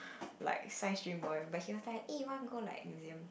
like science stream boy but he was like eh wanna go like museum